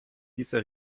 dieser